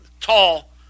tall